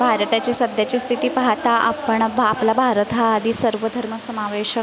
भारताची सध्याची स्थिती पाहता आपण भा आपला भारत हा आधी सर्वधर्मसमावेशक